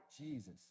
Jesus